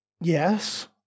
Yes